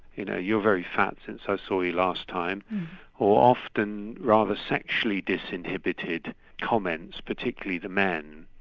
you know, you're very fat since i saw you last time. or often rather sexually disinhibited comments, particularly the men,